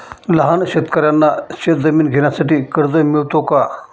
लहान शेतकऱ्यांना शेतजमीन घेण्यासाठी कर्ज मिळतो का?